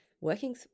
working